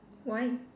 why